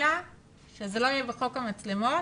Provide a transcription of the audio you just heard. וחלילה זה לא יהיה בחוק המצלמות.